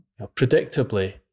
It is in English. predictably